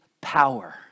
power